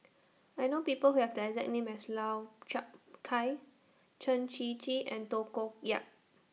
I know People Who Have The exact name as Lau Chiap Khai Chen Shiji and Tay Koh Yat